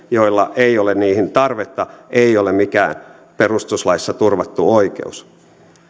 joilla ei ole niihin tarvetta ei ole mikään perustuslaissa turvattu oikeus